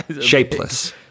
shapeless